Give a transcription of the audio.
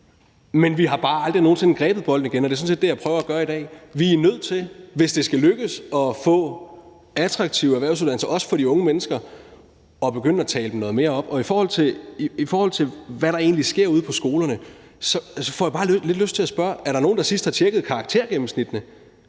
Men vi har bare aldrig nogen sinde grebet bolden igen, og det er sådan set det, jeg prøver at gøre i dag. Vi er nødt til, hvis det skal lykkes at få attraktive erhvervsuddannelser for de unge mennesker, at begynde at tale dem noget mere op. I forhold til hvad der egentlig sker ude på skolerne, får jeg bare lidt lyst til at spørge, om der er nogen, der sidst har tjekket karaktergennemsnittene,